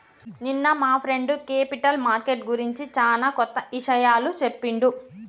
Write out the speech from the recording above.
నిన్న మా friend capital market గురించి చానా కొత్త ఇషయాలు చెప్పిండు